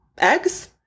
Eggs